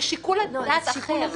זה שיקול דעת אחר.